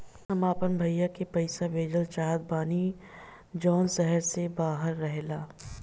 हम अपना भाई के पइसा भेजल चाहत बानी जउन शहर से बाहर रहेला